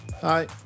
Hi